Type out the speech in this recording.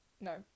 No